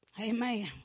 Amen